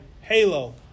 Halo